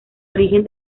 origen